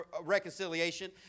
reconciliation